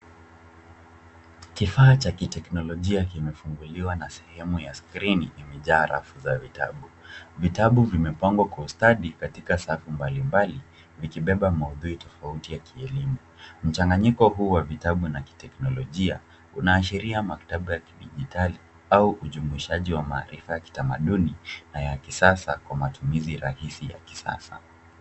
Kifaa cha kiteknolojia kimefunguliwa na sehemu ya skrini imejaa rafu za vitabu. Vitabu vimepangwa kwa ustadi katika safu mbalimbali vikibeba maudhui tofauti ya kielimu. Mchanganyiko huu wa vitabu na kiteknolojia unaashiria maktaba ya kidijitali au ujumuishaji wa maarifa ya kitamaduni na ya kisasa kwa matumizi rahisi ya kisasa.